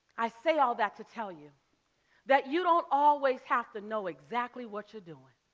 i say all that to tell you that you don't always have to know exactly what you're doing.